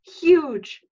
huge